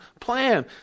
plan